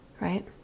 right